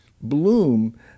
bloom